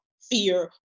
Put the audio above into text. fear